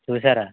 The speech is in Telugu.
చూసారా